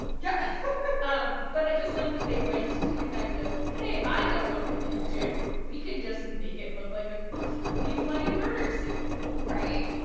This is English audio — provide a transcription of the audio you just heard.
yeah um but i just liked that they went to the effort of hey, i know what we can do! we can just make it look like a creepy bloody murder scene' right?